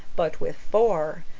but with four,